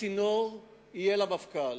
הצינור יהיה למפכ"ל.